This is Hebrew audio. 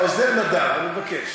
העוזר נדב, אני מבקש.